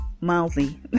mildly